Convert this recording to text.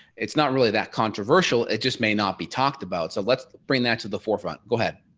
it's not really that controversial. it just may not be talked about so let's bring that to the forefront. go ahead.